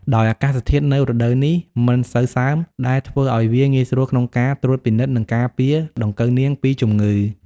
ដោយអាកាសធាតុនៅរដូវនេះមិនសូវសើម ដែលធ្វើឲ្យវាងាយស្រួលក្នុងការត្រួតពិនិត្យ និងការពារដង្កូវនាងពីជំងឺ។